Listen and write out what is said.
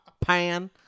Pan